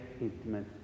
intimate